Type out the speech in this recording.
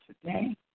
today